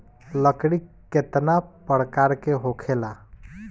लकड़ी केतना परकार के होखेला